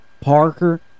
Parker